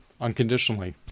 unconditionally